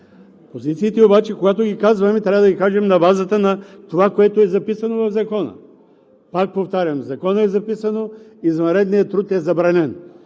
Позициите обаче, когато ги казваме, трябва да ги кажем на базата на това, което е записано в Закона. Пак повтарям – в Закона е записано: извънредният труд е забранен!